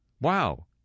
Wow